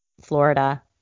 Florida